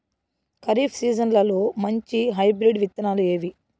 ఖరీఫ్ సీజన్లలో మంచి హైబ్రిడ్ విత్తనాలు ఏవి